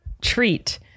treat